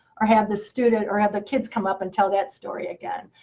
or have the student, or have the kids come up and tell that story again.